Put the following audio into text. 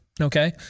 Okay